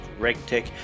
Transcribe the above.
regtech